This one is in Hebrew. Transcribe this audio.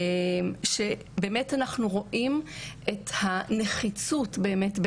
שבאמת אנחנו רואים את הנחיצות באמת,